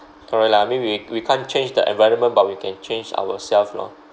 correct lah I mean we we can't change the environment but we can change ourselves lor